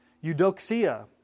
Eudoxia